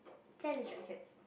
tennis rackets